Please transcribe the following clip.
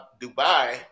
Dubai